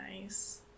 nice